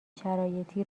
شرایطی